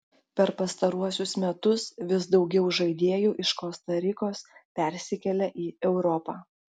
per pastaruosius metus vis daugiau žaidėjų iš kosta rikos persikelia į europą